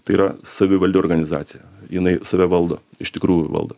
tai yra savivaldi organizacija jinai save valdo iš tikrųjų valdo